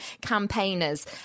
campaigners